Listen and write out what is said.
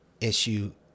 issue